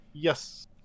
Yes